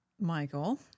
Michael